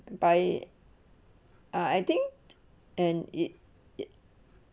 by ah I think and it it